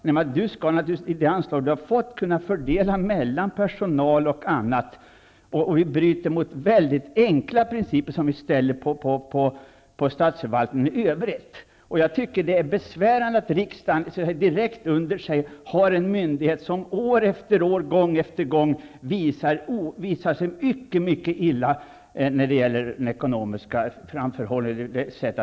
Naturligtvis skall man inom ramen för det anslag som beviljats fördela mellan personal och annat. Annars handlar man i strid med väldigt enkla principer -- principer som gäller för statsförvaltningen i övrigt. Jag tycker att det är besvärande att riksdagen direkt under sig har en myndighet som gång på gång och år efter år behandlar sin ekonomi mycket illa. Och så här gör alltså JO-ämbetet.